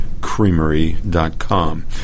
creamery.com